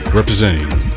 representing